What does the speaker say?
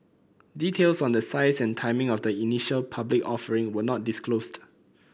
details on the size and timing of the initial public offering were not disclosed